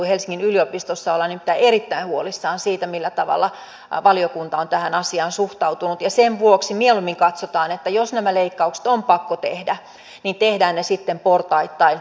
helsingin yliopistossa ollaan nimittäin erittäin huolissaan siitä millä tavalla valiokunta on tähän asiaan suhtautunut ja sen vuoksi mieluummin katsotaan että jos nämä leikkaukset on pakko tehdä niin tehdään ne sitten portaittain